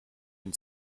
den